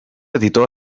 editor